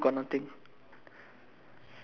and then the first glass panel got nothing